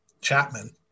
Chapman